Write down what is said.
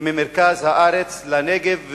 ממרכז הארץ לנגב,